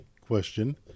question